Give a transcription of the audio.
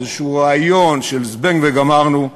איזה רעיון של "זבנג וגמרנו",